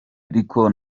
ariko